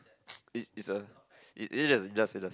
it's it's a it it just it does it does